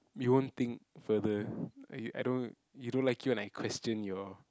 you won't think further you I don't you don't like it when I question your